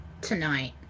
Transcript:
tonight